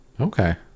Okay